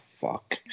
fuck